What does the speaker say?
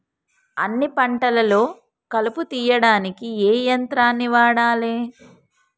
అన్ని పంటలలో కలుపు తీయనీకి ఏ యంత్రాన్ని వాడాలే?